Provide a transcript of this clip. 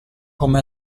come